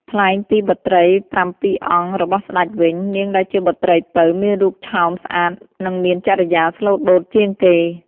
ថ្លែងពីបុត្រីប្រាំពីរអង្គរបស់ស្ដេចវិញ នាងដែលជាបុត្រីពៅមានរូបឆោមស្អាតនិងមានចរិយាស្លូតបូតជាងគេ។